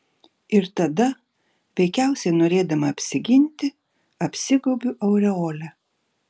ir tada veikiausiai norėdama apsiginti apsigaubiu aureole